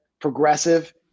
progressive